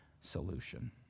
solution